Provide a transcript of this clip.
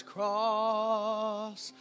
Cross